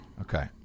Okay